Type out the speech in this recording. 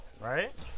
right